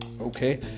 Okay